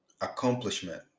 accomplishment